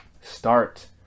Start